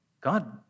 God